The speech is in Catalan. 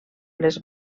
les